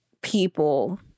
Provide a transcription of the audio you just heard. people